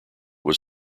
was